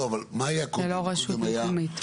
ללא רשות מקומית.